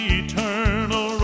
eternal